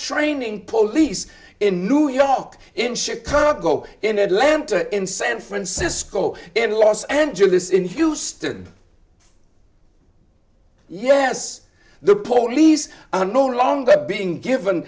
training police in new york in chicago in atlanta in san francisco and los angeles in houston yes the police are no longer being given